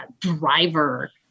driver